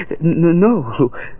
No